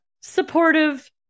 supportive